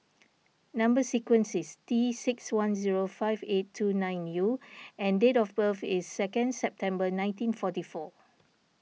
Number Sequence is T six one zero five eight two nine U and date of birth is second September nineteen forty four